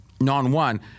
non-one